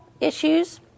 issues